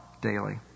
daily